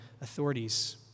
authorities